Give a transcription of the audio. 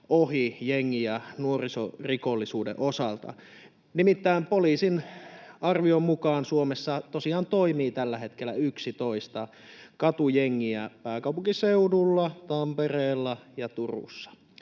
ohi jengi- ja nuorisorikollisuuden osalta. Nimittäin poliisin arvion mukaan Suomessa tosiaan toimii tällä hetkellä 11 katujengiä pääkaupunkiseudulla, Tampereella ja Turussa